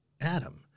Adam